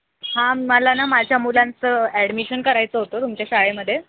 हा मला ना माझ्या मुलांचं ॲडमिशन करायचं होतं तुमच्या शाळेमध्ये